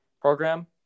program